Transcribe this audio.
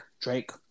Drake